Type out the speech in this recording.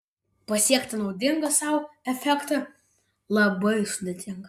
pasiekti naudingą sau efektą labai sudėtinga